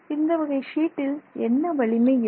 இந்த வகை ஷீட்டில் என்ன வலிமை இருக்கும்